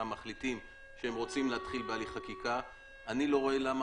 מחליטים שהם רוצים להתחיל בהליך חקיקה ואני לא רואה למה